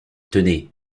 tenez